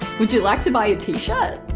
would you like to buy a t-shirt?